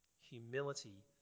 humility